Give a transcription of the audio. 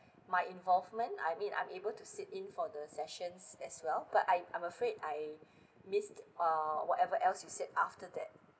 my involvement I mean I'm able to sit in for the sessions as well but I I'm afraid I miss uh whatever else you said after that